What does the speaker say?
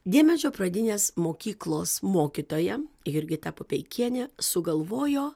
diemedžio pradinės mokyklos mokytoja jurgita pupeikienė sugalvojo